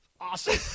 Awesome